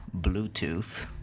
Bluetooth